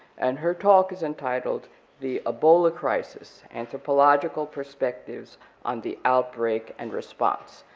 and her talk is entitled the ebola crisis, anthropological perspectives on the outbreak and response.